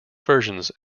versions